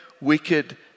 wicked